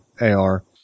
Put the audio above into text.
AR